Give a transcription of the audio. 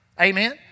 amen